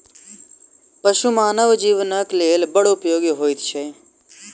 पशु मानव जीवनक लेल बड़ उपयोगी होइत छै